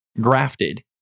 grafted